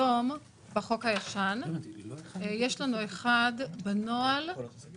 לא יודע, זה מה שאני רוצה לשמוע.